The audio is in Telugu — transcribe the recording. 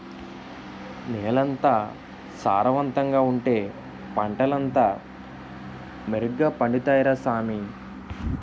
నేలెంత సారవంతంగా ఉంటే పంటలంతా మెరుగ్గ పండుతాయ్ రా సామీ